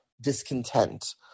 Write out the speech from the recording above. discontent